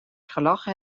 gelachen